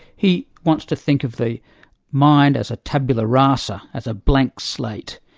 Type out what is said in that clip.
he wants to think of the mind as a tabula rasa, as a blank slate,